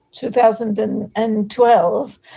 2012